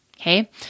Okay